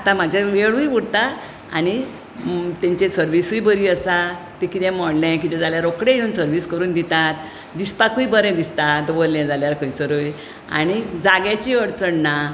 आतां म्हजो वेळूय उरता आनी तांची सर्वीसूय बरी आसा ते कितें म्हणले कितें जाल्यार रोखडे सर्वीस करून दितात दिसपाकूय बरें दिसता दवरलें जाल्यार खंयसरूय आनी जाग्याचीय अडचण ना